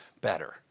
better